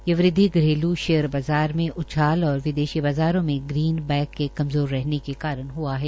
ये वृद्वि घरेल् शेयर बाज़ार में उछाल और विदेशी बाज़ारों में ग्रीन बैंक के कमज़ोर हरने के कारण ह्आ है